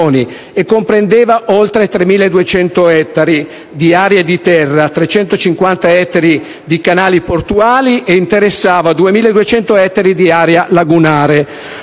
e comprendeva oltre 3.200 ettari di aree di terra, 350 ettari di canali portuali e interessava 2.200 ettari di area lagunare;